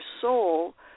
soul